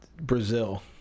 Brazil